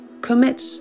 commit